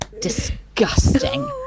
disgusting